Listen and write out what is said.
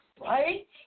right